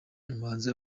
umuhanzi